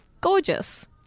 gorgeous